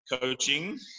Coaching